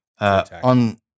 on